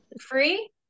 free